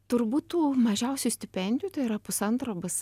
turbūt tų mažiausių stipendijų tai yra pusantro bus